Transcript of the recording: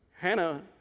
Hannah